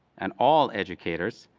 and all educators,